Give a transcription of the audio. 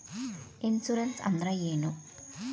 Insurance ಅಂದ್ರ ಏನು?